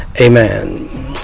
amen